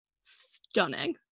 stunning